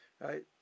Right